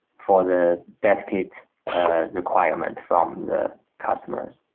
for the death kit requirement from the customers